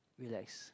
relax